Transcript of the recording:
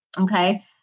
Okay